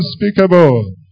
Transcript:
unspeakable